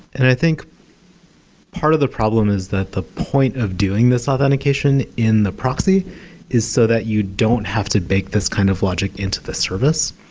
and i think part of the problem is that the point of doing this authentication in the proxy is so that you don't have to bake this kind of logic into the service.